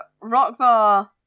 rockbar